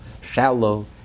shallow